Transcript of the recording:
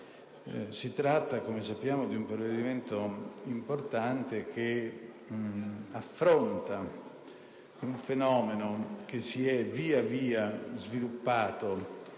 si tratta, come sappiamo, di un provvedimento importante, che affronta un fenomeno che si è via via sviluppato